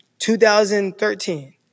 2013